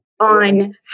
On